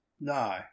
No